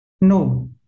No